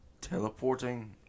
teleporting